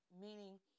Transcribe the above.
meaning